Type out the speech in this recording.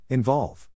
Involve